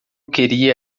queria